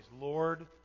Lord